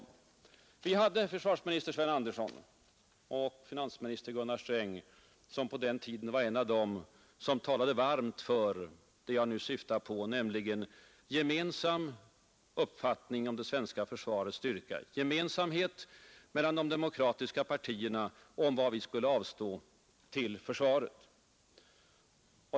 Det fanns en tid när försvarsminister Sven Andersson och finansminister Gunnar Sträng hörde till dem som talade varmt för en gemensam uppfattning om det svenska försvarets styrka, om gemenskap mellan de demokratiska partierna i fråga om vad vi bör avstå till försvaret.